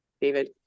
David